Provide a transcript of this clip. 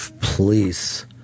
please